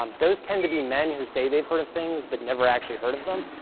um those tend to be men who say they've heard of things, but never actually heard of them.